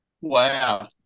Wow